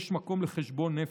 יש מקום לחשבון נפש,